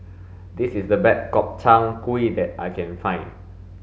this is the best Gobchang gui that I can find